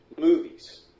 movies